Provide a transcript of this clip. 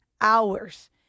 hours